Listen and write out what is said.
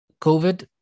COVID